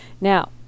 Now